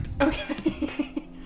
Okay